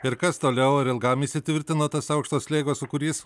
ir kas toliau ar ilgam įsitvirtino tas aukšto slėgio sūkurys